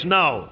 now